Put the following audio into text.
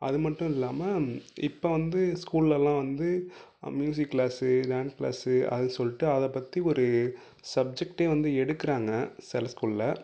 அதுமட்டும் இல்லாமல் இப்போ வந்து ஸ்கூல்லலாம் வந்து மியூசிக் கிளாஸு டான்ஸ் கிளாஸு அதுன்னு சொல்லிட்டு அதைப்பற்றி ஒரு சப்ஜெக்ட்டே வந்து எடுக்கிறாங்க சில ஸ்கூலில்